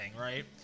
Right